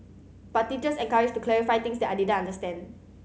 but teachers encouraged to clarify things that I didn't understand